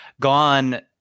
gone